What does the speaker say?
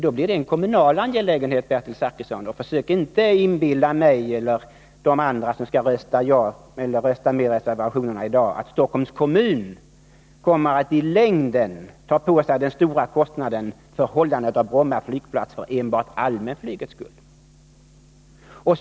Då blir det, Bertil Zachrisson, en kommunal angelägenhet. Försök inte att inbilla mig eller dem som tänker rösta på reservationerna att Stockholms kommun i längden kommer att ta på sig den stora kostnaden för hållandet av Bromma flygplats för enbart allmänflygets skull.